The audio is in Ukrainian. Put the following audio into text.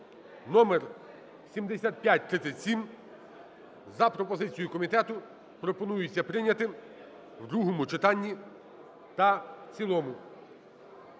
(№7537), за пропозицією комітету, пропонується прийняти в другому читанні та в цілому.